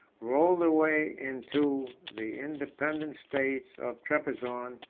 rolled away into the independent states of trebizond,